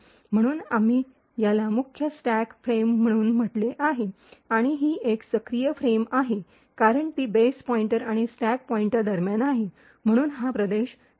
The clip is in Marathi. म्हणून आम्ही याला मुख्य स्टॅक फ्रेम म्हणून म्हटले आणि ही एक सक्रिय फ्रेम आहे कारण ती बेस पॉईंटर आणि स्टॅक पॉईंटर दरम्यान आहे म्हणून हा प्रदेश सक्रिय फ्रेम आहे